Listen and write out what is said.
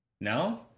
No